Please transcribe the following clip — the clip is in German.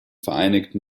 vereinigten